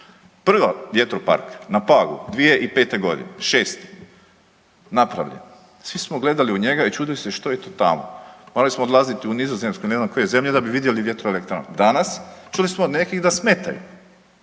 Prva, vjetropark na Pagu 2005.g., šeste napravljen, svi smo gledali u njega i čudili se što je to tamo. Morali smo odlaziti u Nizozemsku i ne znam koje zemlje da bi vidjeli vjetroelektranu. Danas čuli smo od nekih da smetaju.